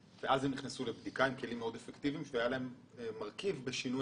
אני אתמקד בעוד דברים שיראו למה חשוב להכריז על